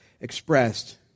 expressed